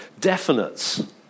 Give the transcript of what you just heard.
definites